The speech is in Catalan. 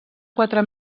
quatre